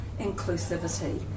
inclusivity